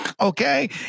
okay